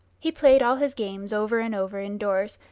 he played all his games over and over indoors,